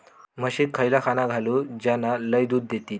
म्हशीक खयला खाणा घालू ज्याना लय दूध देतीत?